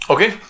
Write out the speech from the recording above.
Okay